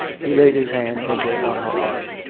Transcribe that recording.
he laid his hand gently on her arm.